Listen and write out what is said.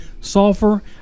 sulfur